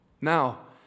Now